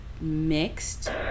mixed